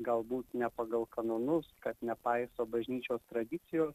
galbūt ne pagal kanonus kad nepaiso bažnyčios tradicijos